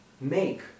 Make